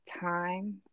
time